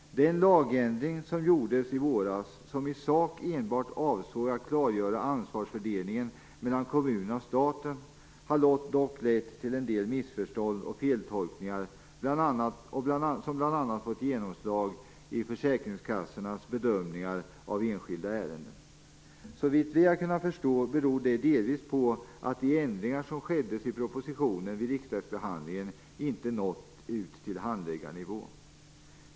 Den lagändring som gjordes i våras, som i sak enbart avsåg att klargöra ansvarsfördelningen mellan kommunerna och staten, har dock lett till en hel del missförstånd och feltolkningar som bl.a. fått genomslag i försäkringskassornas bedömning av enskilda ärenden. Såvitt vi har kunnat förstå, beror det delvis på att de ändringar som skedde av propositionen vid riksdagsbehandlingen inte nått ut till handläggarnivå.